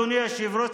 אדוני היושב-ראש,